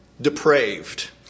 depraved